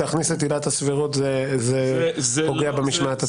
להכניס את עילת הסבירות זה פוגע במשמעת הצבאית.